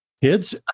Kids